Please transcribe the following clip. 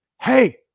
hey